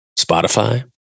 Spotify